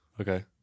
Okay